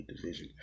division